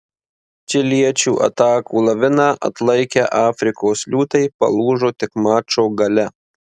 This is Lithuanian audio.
čiliečių atakų laviną atlaikę afrikos liūtai palūžo tik mačo gale